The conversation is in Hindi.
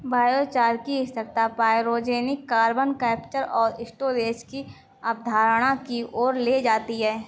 बायोचार की स्थिरता पाइरोजेनिक कार्बन कैप्चर और स्टोरेज की अवधारणा की ओर ले जाती है